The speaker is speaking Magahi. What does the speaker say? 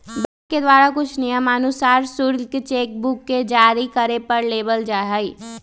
बैंक के द्वारा कुछ नियमानुसार शुल्क चेक बुक के जारी करे पर लेबल जा हई